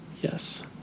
Yes